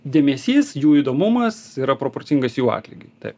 dėmesys jų įdomumas yra proporcingas jų atlygiui taip